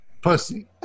pussy